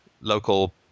local